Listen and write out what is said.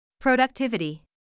Productivity